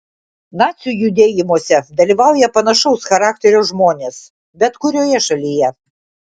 nacių judėjimuose dalyvauja panašaus charakterio žmonės bet kurioje šalyje